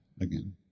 again